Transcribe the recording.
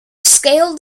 scaled